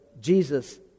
Jesus